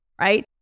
Right